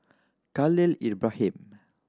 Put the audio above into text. Khalil Ibrahim